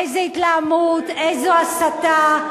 איזו התלהמות, איזו הסתה.